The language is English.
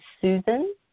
Susan